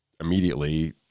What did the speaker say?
immediately